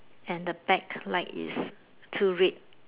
and the backlight is two red